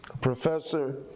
professor